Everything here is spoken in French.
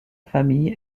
famille